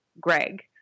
Greg